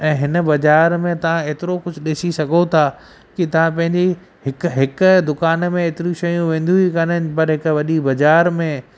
ऐं हिन बाज़ारि में तव्हां एतिरो कुझु ॾिसी सघो था की तव्हां पंहिंजी हिकु हिकु दुकान में एतिरियूं शयूं वेंदियूं ई कोन आहिनि पर हिकु वॾी बाज़ारि में